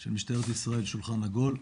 של משטרת ישראל שולחן עגול.